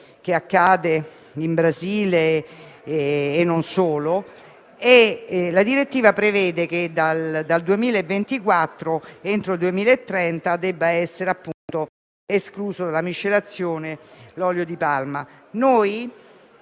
che accade in Brasile e non solo). La direttiva prevede che dal 2024 ed entro il 2030 debba essere escluso dalla miscelazione l'olio di palma. Con